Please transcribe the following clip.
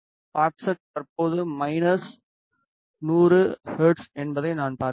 offset தற்போது minus 100 hertz என்பதை நான் பார்ப்பேன்